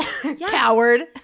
Coward